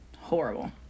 horrible